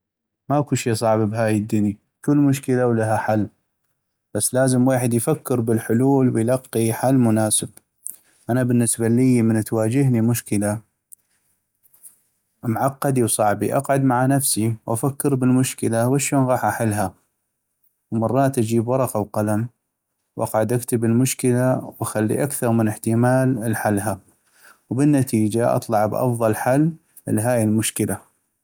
ماكو شي صعب بهاي الدني ، كل مشكلة ولها حل بس لازم ويحد يفكر بالحلول ويلقي حل منا سب ، انا بالنسبة اللي من تواجهني مشكلة معقدي وصعبي اقعد مع نفسي وافكر بالمشكلة واشون غاح احلها ، ومرات اجيب ورقة وقلم واقعد اكتب المشكلة وخلي اكثغ من احتمال لحلها وبالنتيجة اطلع بأفضل حل لهاي المشكلة.